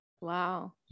wow